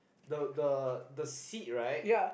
the the the seat right